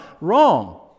Wrong